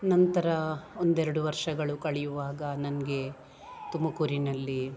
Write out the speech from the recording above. ನಂತರ ಒಂದೆರಡು ವರ್ಷಗಳು ಕಳಿಯುವಾಗ ನನಗೆ ತುಮಕೂರಿನಲ್ಲಿ